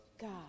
God